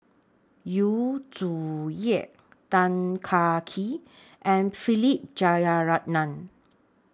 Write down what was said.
Yu Zhu Ye Tan Kah Kee and Philip Jeyaretnam